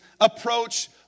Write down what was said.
approach